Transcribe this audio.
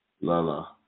Lala